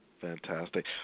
Fantastic